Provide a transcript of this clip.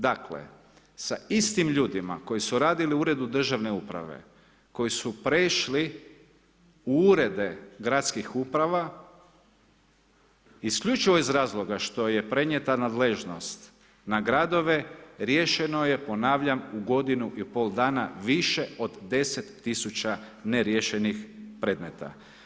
Dakle sa istim ljudima koji su radili u Uredu državne uprave, koji su prešli u urede gradskih uprava, isključivo iz razloga što je prenijeta nadležnost na gradove, riješeno je ponavljam, u godinu i pol dana više od 10 000 neriješenih predmeta.